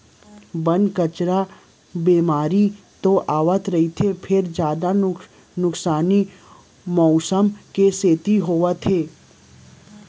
बन, कचरा, बेमारी तो आवते रहिथे फेर जादा नुकसानी मउसम के सेती होथे